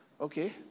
okay